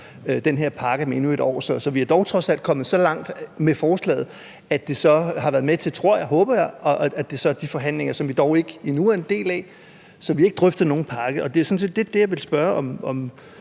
den her pakke med endnu et år. Så vi er dog trods alt kommet så langt med forslaget, at det har været med til – det tror og håber jeg – at det kan give de forhandlinger, som vi dog ikke endnu er en del af. Vi har ikke drøftet nogen pakke. Og det er lidt det, jeg godt vil spørge fru